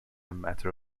matter